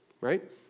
Right